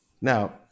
Now